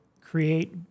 create